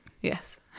yes